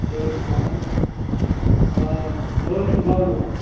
کیاہ حظ چھُو کران آ بہٕ حظ چھُس گاڑٕ وول